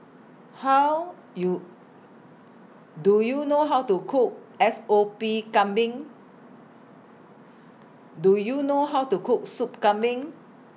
How YOU Do YOU know How to Cook S O P Kambing Do YOU know How to Cook Sop Kambing